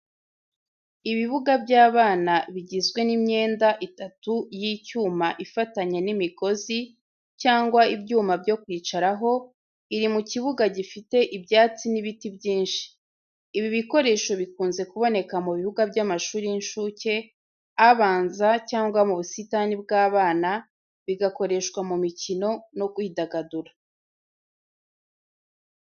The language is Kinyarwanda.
Ibibuga by’abana bigizwe n’imyenda itatu y’icyuma ifatanye n’imigozi cyangwa ibyuma byo kwicaraho, iri mu kibuga gifite ibyatsi n’ibiti byinshi. Ibi bikoresho bikunze kuboneka mu bibuga by’amashuri y’incuke, abanza cyangwa mu busitani bw’abana, bigakoreshwa mu mikino no kwidagadura.